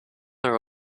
are